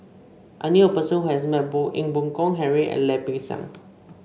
I knew a person who has met both Ee Boon Kong Henry and Lim Peng Siang